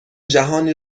جهانی